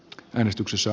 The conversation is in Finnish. käynnistyksessä